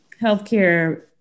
healthcare